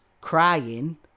crying